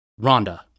Rhonda